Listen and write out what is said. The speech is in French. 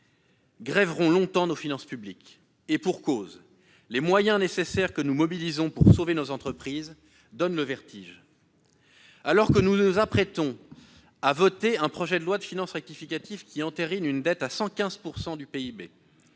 grèveront longtemps nos finances publiques. Et pour cause : les moyens nécessaires que nous mobilisons pour sauver nos entreprises donnent le vertige. Alors que nous nous apprêtons à voter un projet de loi de finances rectificative qui entérine une dette à 115 % du PIB